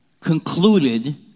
concluded